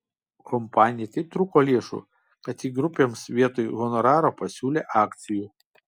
kompanijai taip trūko lėšų kad ji grupėms vietoj honoraro pasiūlė akcijų